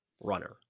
runner